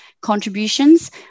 contributions